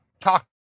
talk